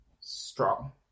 strong